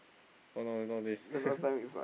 now nowadays